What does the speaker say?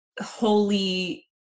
holy